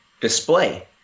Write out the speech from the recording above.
display